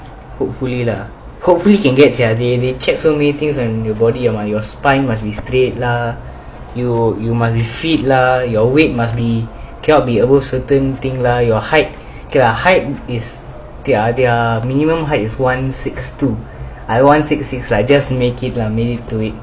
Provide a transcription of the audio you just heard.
hopefully lah hopefully can get they check so many things when you boarding spine must be straight lah you you must be fit lah your weight must be cannot be above certain thing lah your height okay lah height is their their minimum height is one six two I one six six lah just make it lah make it to it